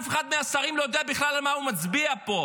אף אחד מהשרים לא יודע בכלל על מה הוא מצביע פה.